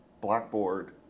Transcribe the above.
Blackboard